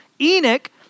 Enoch